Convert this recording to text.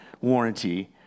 warranty